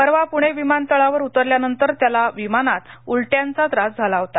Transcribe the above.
परवा पुणे विमानतळावर उतरल्यानंतर त्याला विमानात उलट्यांचा त्रास झाला होता